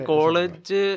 College